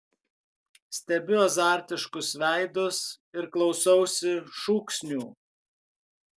stebiu azartiškus veidus ir klausausi šūksnių